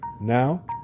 Now